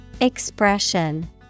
Expression